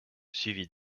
suivie